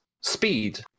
speed